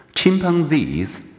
Chimpanzees